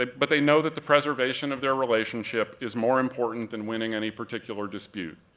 but they know that the preservation of their relationship is more important than winning any particular dispute.